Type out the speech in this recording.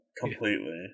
completely